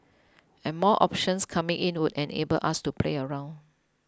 and more options coming in would enable us to play around